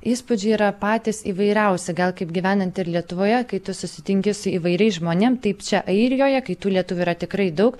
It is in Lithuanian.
įspūdžiai yra patys įvairiausi gal kaip gyvenant ir lietuvoje kai tu susitinki su įvairiais žmonėm taip čia airijoje kai tų lietuvių yra tikrai daug